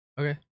Okay